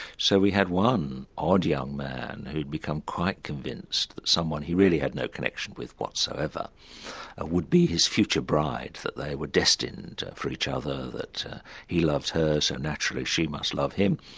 so we had one odd young man who'd become quite convinced that someone he really had no connection with whatsoever would be his future bride, that they were destined for each other, that he loves her so naturally she must love him.